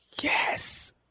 Yes